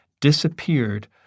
disappeared